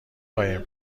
قایم